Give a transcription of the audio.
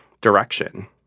direction